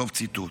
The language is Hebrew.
סוף ציטוט.